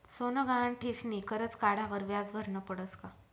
सोनं गहाण ठीसनी करजं काढावर व्याज भरनं पडस का?